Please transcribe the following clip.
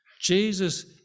jesus